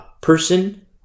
person